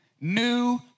new